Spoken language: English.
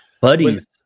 buddies